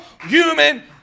human